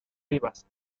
rivas